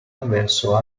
verso